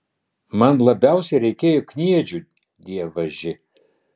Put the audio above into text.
man labiausiai reikėjo kniedžių dievaži